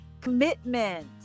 commitment